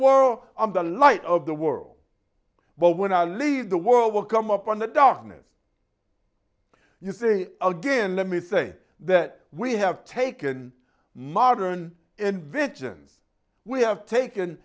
world i'm the light of the world but when i leave the world will come upon the darkness you see again let me say that we have taken modern inventions we have taken